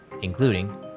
including